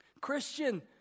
Christian